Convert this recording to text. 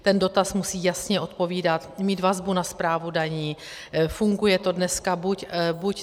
Ten dotaz musí jasně odpovídat, mít vazbu na správu daní, funguje to dneska buď...